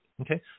Okay